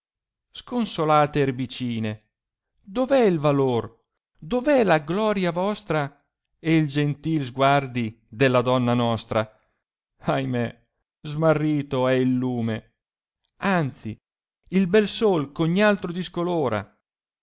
sconsolate erbecine dov è il valor dov è la gloria vostra e i gentil sguardi de la donna nostra ahimè smarrito è il lume anzi il bel sol eh ogni altro discolora